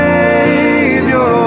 Savior